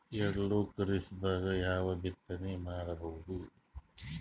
ಎಳ್ಳು ಖರೀಪದಾಗ ಯಾವಗ ಬಿತ್ತನೆ ಮಾಡಬಹುದು?